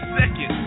second